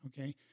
Okay